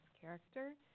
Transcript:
character